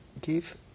give